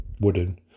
wooden